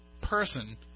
person